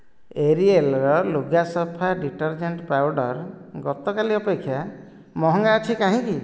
ଏରିଏଲ୍ର ଲୁଗାସଫା detergent powder ଗତକାଲି ଅପେକ୍ଷା ମହଙ୍ଗା ଅଛି କାହିଁକି